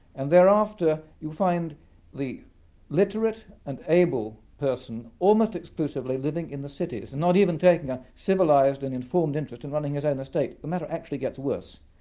and thereafter you find the literate and able person almost exclusively living in the cities, and not even taking a civilised and informed interest in running his own estate. the matter actually gets worse,